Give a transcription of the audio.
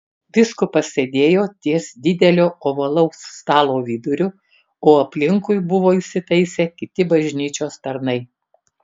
vyskupas sėdėjo ties didelio ovalaus stalo viduriu o aplinkui buvo įsitaisę kiti bažnyčios tarnai